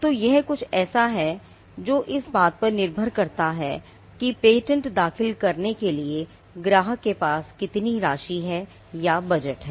तो यह कुछ ऐसा है जो इस बात पर निर्भर करता है कि पेटेंट दाखिल करने के लिए ग्राहक के पास कितनी राशि या बजट है